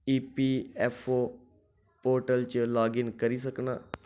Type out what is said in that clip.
EPFO portal च log in करी सकना